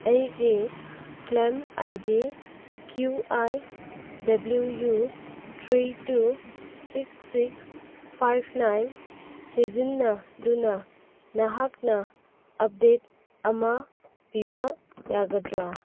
ꯑꯩꯒꯤ claim I D Q I W U three two six six five nine ꯁꯤꯖꯤꯟꯅꯗꯨꯅ ꯅꯍꯥꯛꯅ update ꯑꯃ ꯄꯤꯕ ꯌꯥꯒꯗ꯭ꯔꯥ